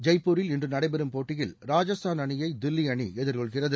ஜெய்ப்பூரில் இன்று நடைபெறும் போட்டியில் ராஜஸ்தான் அணியை தில்வி அணி எதிர்கொள்கிறது